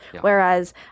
whereas